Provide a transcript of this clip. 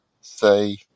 say